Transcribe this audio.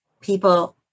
people